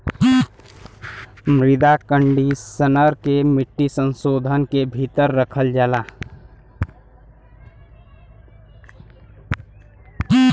मृदा कंडीशनर के मिट्टी संशोधन के भीतर रखल जाला